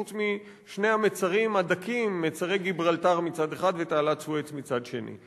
חוץ משני המצרים הדקים: מצרי גיברלטר מצד אחד ותעלת סואץ מצד שני.